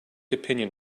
opinion